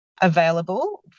available